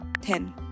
ten